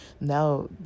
now